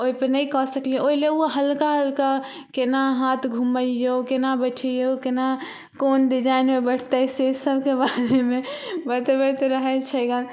ओइ पर नहि कऽ सकलियै हँ ओइ लए उ हल्का हल्का केना हाथ घुमबैयौ केना बैठैयौ केना कोन डिजाइनमे बैठतै से सबके बारेमे बतबैत रहय छै गऽ